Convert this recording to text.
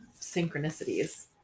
synchronicities